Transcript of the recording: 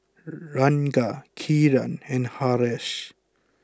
Ranga Kiran and Haresh